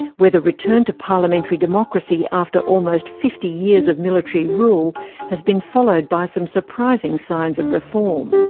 and where the return to parliamentary democracy after almost fifty years of military rule has been followed by some surprising signs of reform.